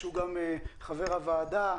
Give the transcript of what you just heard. שהוא גם חבר ועדת המשנה,